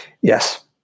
Yes